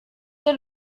der